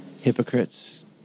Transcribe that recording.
hypocrites